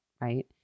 right